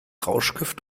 rauschgift